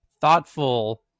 thoughtful